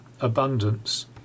abundance